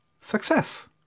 Success